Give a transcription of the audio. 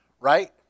Right